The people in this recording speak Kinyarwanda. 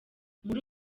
muri